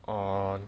on